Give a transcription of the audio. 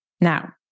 Now